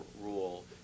rule